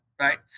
right